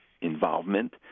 involvement